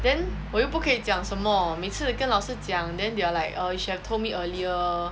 then 我又不可以讲什么每次跟老师讲 then they are like err you should have told me earlier